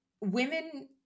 Women